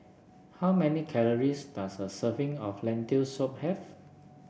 how many calories does a serving of Lentil Soup have